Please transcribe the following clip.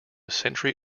century